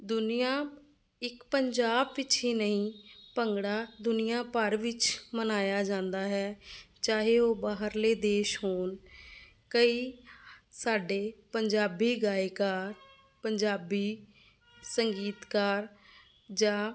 ਦੁਨੀਆਂ ਇੱਕ ਪੰਜਾਬ ਵਿੱਚ ਹੀ ਨਹੀਂ ਭੰਗੜਾ ਦੁਨੀਆਂ ਭਰ ਵਿੱਚ ਮਨਾਇਆ ਜਾਂਦਾ ਹੈ ਚਾਹੇ ਉਹ ਬਾਹਰਲੇ ਦੇਸ਼ ਹੋਣ ਕਈ ਸਾਡੇ ਪੰਜਾਬੀ ਗਾਇਕਾ ਪੰਜਾਬੀ ਸੰਗੀਤਕਾਰ ਜਾ